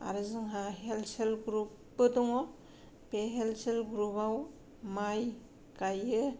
आरो जोंहा help self ग्रुपबो दङ' बे हेल्प सेल्प ग्रुपाव माइ गायो